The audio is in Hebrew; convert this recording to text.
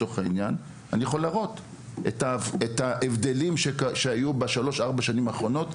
אני יכול להראות את השינויים בשלוש או ארבע השנים האחרונות,